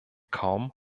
kaum